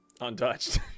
Untouched